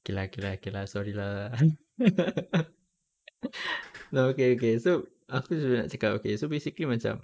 okay lah okay lah okay lah sorry lah okay lah okay okay so apa aku nak cakap okay so basically macam